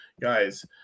Guys